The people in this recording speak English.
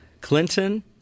Clinton